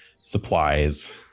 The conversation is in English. supplies